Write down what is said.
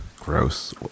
gross